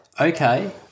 Okay